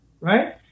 right